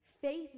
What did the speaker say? Faith